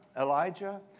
Elijah